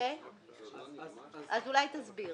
אולי תסביר.